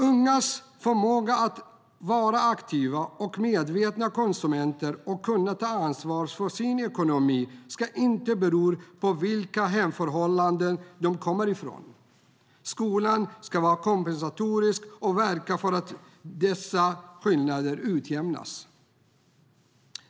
Ungas förmåga att vara aktiva och medvetna konsumenter och kunna ta ansvar för sin egen ekonomi ska inte bero på vilka hemförhållanden de kommer från. Skolan ska vara kompensatorisk och verka för att dessa skillnader utjämnas.